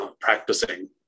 practicing